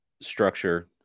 structure